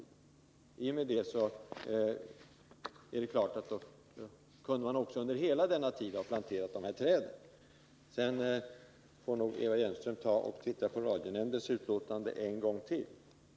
Därmed är det klart att man under hela den tiden kunde ha planterat dessa träd. Eva Hjelmström bör nog läsa radionämndens utlåtande en gång till.